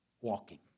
walking